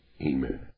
Amen